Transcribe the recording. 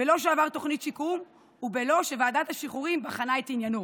בלא שעבר תוכנית שיקום ובלא שוועדת השחרורים בחנה את עניינו,